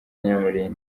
nyamulinda